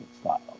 style